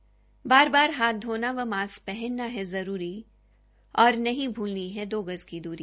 बार बार हाथ धोना व मास्क पहनना है जरूरी और नहीं भूलनी है दो गज की दूरी